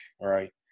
Right